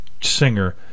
singer